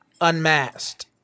Unmasked